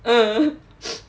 hmm